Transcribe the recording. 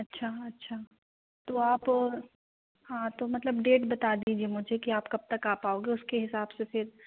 अच्छा अच्छा तो आप हाँ तो मतलब डेट बता दीजिए मुझे की आप कब तक आ पाओगे उसके हिसाब से फिर